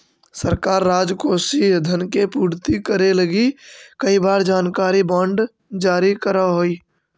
सरकार राजकोषीय धन के पूर्ति करे लगी कई बार सरकारी बॉन्ड जारी करऽ हई